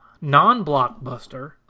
non-blockbuster